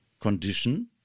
condition